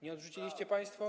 Nie odrzuciliście państwo?